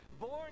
Born